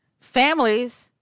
Families